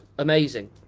Amazing